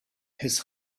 his